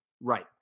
Right